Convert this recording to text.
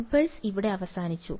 impulse ഇവിടെ അവസാനിച്ചു